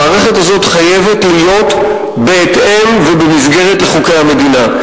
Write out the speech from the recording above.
המערכת הזאת חייבת להיות בהתאם ובמסגרת חוקי המדינה.